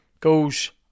goes